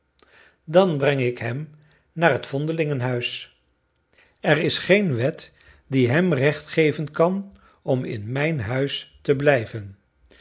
dan breng ik hem naar het vondelingenhuis er is geen wet die hem recht geven kan om in mijn huis te blijven